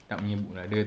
tak menyibuk lah dia